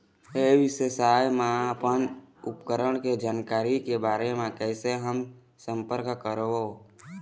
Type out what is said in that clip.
ई व्यवसाय मा अपन उपकरण के जानकारी के बारे मा कैसे हम संपर्क करवो?